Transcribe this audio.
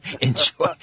Enjoy